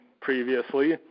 previously